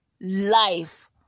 life